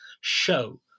show